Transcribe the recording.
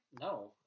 No